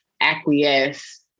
acquiesce